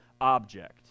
object